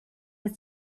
his